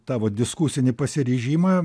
tavo diskusinį pasiryžimą